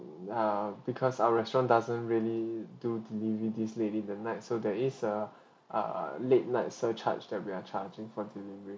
err because our restaurant doesn't really do delivery this late in the night so there is a err late night surcharge that we are charging for the